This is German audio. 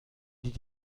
die